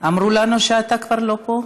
אמרו לנו שאתה כבר לא פה.